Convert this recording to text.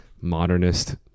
modernist